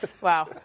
wow